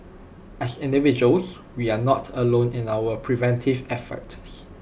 as individuals we are not alone in our preventive efforts